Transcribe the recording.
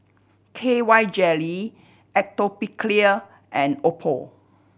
K Y Jelly Atopiclair and Oppo